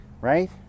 right